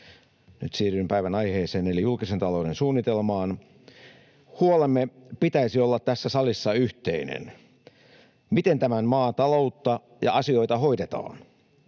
Nyt siirryn päivän aiheeseen eli julkisen talouden suunnitelmaan. Huolemme pitäisi olla tässä salissa yhteinen: miten tämän maan taloutta ja asioita hoidetaan?